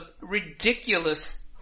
ridiculous